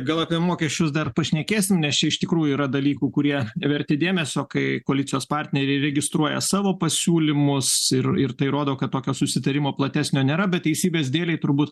gal apie mokesčius dar pašnekėsim nes čia iš tikrųjų yra dalykų kurie verti dėmesio kai koalicijos partneriai registruoja savo pasiūlymus ir ir tai rodo kad tokio susitarimo platesnio nėra bet teisybės dėlei turbūt